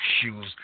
shoes